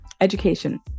education